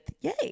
yay